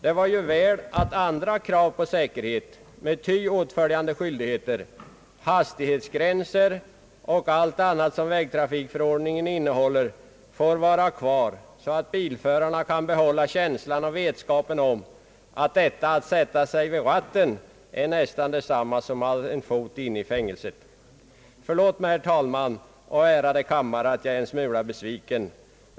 Det är ju väl att andra krav på säkerhet med ty åtföljande skyldigheter, hastighetsgränser och allt annat som vägtrafikförordningen innehåller får vara kvar, så att bilförarna kan behålla känslan och vetskapen om att detta att sätta sig vid ratten är nästan detsamma som att ha en fot inne i fängelset. Förlåt mig, herr talman och ärade kammare, att jag är en smula besviken.